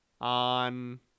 on